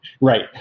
Right